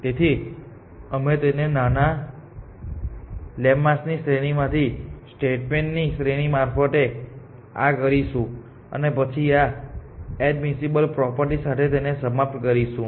તેથી અમે તેને નાના લેમ્માસની શ્રેણીમાંથી સ્ટેટમેન્ટ ની શ્રેણી મારફતે આ કરીશું અને પછી આ એડમિસિબલ પ્રોપર્ટી સાથે તેને સમાપ્ત કરીશું